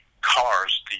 cars